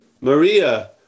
Maria